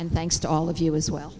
and thanks to all of you as well